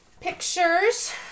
pictures